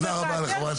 אם וכאשר.